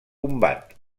combat